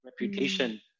reputation